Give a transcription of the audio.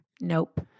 Nope